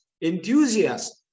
enthusiasm